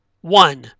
One